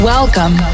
Welcome